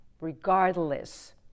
regardless